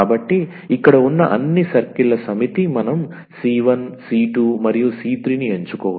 కాబట్టి ఇక్కడ ఉన్న అన్ని సర్కిల్ల సమితి మనం 𝑐1 c2 మరియు c3 ని ఎంచుకోవచ్చు